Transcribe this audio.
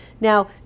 now